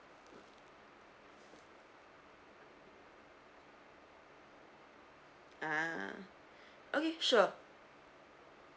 ah okay sure